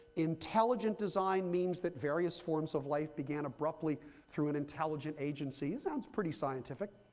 intelligent design means that various forms of life began abruptly through an intelligent agency. it sounds pretty scientific.